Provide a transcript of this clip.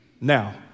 Now